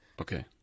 Okay